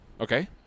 Okay